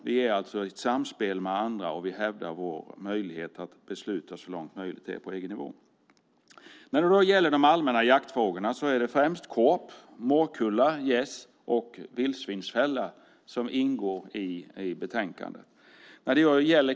Det är alltså ett samspel med andra, och vi hävdar vår möjlighet att besluta så långt det är möjligt på EG-nivå. När det gäller de allmänna jaktfrågorna är det främst korp, morkulla, gäss och vildsvinsfällor som ingår i betänkandet.